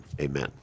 Amen